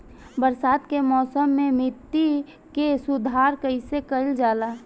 बरसात के मौसम में मिट्टी के सुधार कइसे कइल जाई?